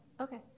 Okay